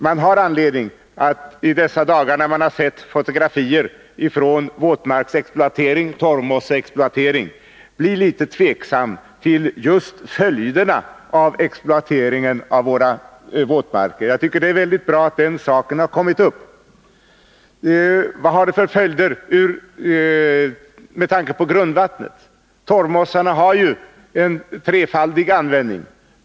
Man har anledning att i dessa dagar, när man sett fotografier från våtmarksexploatering och torvmosseexploatering, bli litet tveksam till följderna av exploateringen av våra våtmarker. Jag tycker alltså att det är bra att den frågan kommit upp. Vad blir det för följder med tanke på vattenförhållandena? Torvmossarna har en trefaldig funktion.